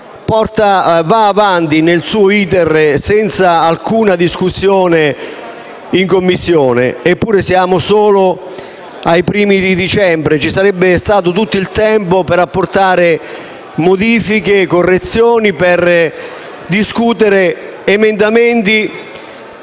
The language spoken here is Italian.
procede nel suo *iter* senza alcuna discussione in Commissione, eppure siamo solo ai primi di dicembre e ci sarebbe stato tutto il tempo per apportare modifiche e correzioni, per discutere emendamenti